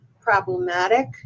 problematic